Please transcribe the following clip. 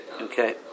Okay